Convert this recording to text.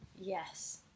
Yes